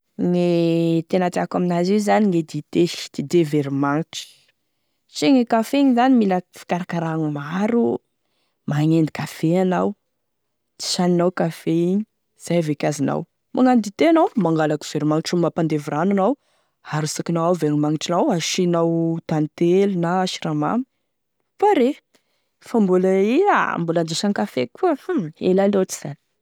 Gne tena tiako amin'azy io gne dite, dite veromagnitry, satria gne kafe igny zany mila fikarakaragny maro, magnendy kafe anao, disagninao e kafe igny zay veky azonao, manao dite anao mangalaky veromagnitry, mampandevy rano anao arosarikanao veromagnitry nao da asianao tantely na siramamy paré, fa mbola igny a mbola handisagny kafe koa a, ela loatsy zany.